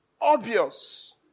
obvious